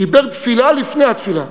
חיבר תפילה לפני התפילה.